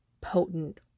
potent